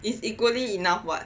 is equally enough [what]